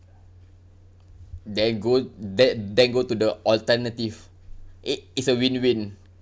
that go that that go to the alternative it is a win win